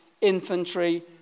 infantry